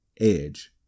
Edge